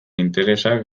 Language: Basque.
interesak